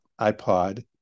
iPod